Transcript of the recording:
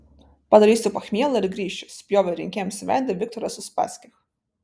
padarysiu pachmielą ir grįšiu spjovė rinkėjams į veidą viktoras uspaskich